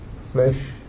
flesh